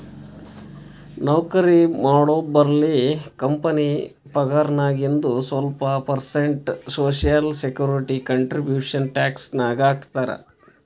ನೌಕರಿ ಮಾಡೋರ್ಬಲ್ಲಿ ಕಂಪನಿ ಪಗಾರ್ನಾಗಿಂದು ಸ್ವಲ್ಪ percent social security contribution tax ನಾಗ್ ಹಾಕ್ತಾರ್